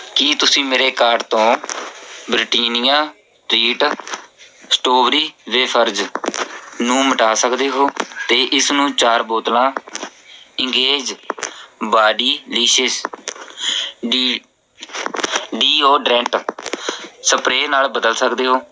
ਕੀ ਤੁਸੀਂ ਮੇਰੇ ਕਾਰਟ ਤੋਂ ਬ੍ਰੀਟੀਨੀਆ ਟ੍ਰੀਟ ਸਟ੍ਰੋਬਰੀ ਵੇਫਰਜ਼ ਨੂੰ ਮਿਟਾ ਸਕਦੇ ਹੋ ਅਤੇ ਇਸਨੂੰ ਚਾਰ ਬੋਤਲਾਂ engage bodylicious de deodorant spray ਨਾਲ ਬਦਲ ਸਕਦੇ ਹੋ